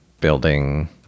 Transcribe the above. building